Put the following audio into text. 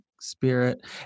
Spirit